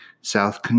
South